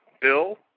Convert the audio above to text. Bill